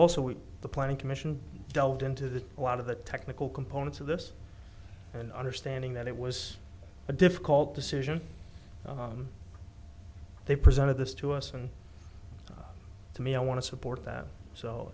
also the planning commission delved into that a lot of the technical components of this and understanding that it was a difficult decision they presented this to us and to me i want to support that so